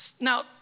Now